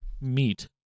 meat